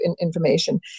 information